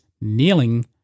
kneeling